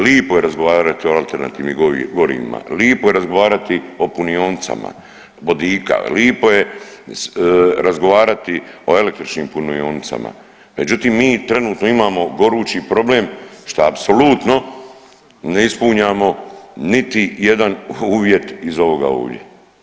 Lipo je razgovarati o alternativnim gorivima, lipo je razgovarati o punionicama vodika, lipo je razgovarati o električnim punionicama, međutim mi trenutno imamo gorući problem šta apsolutno ne ispunjamo niti jedan uvjet iz ovoga ovdje.